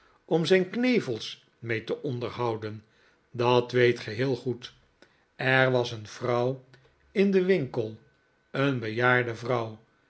om zijn knevels mee te onderhouden dat weet ge heel goed er was een vrouw in den winkel een